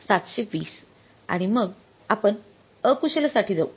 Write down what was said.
9720 आणि मग आपण अकुशलसाठी जाऊ